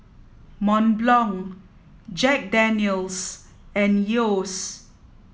Mont Blanc Jack Daniel's and Yeo's